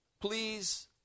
please